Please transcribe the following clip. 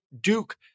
Duke